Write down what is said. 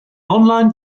online